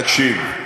תקשיב,